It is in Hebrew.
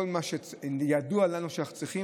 כל מה שידוע לנו שאנחנו צריכים.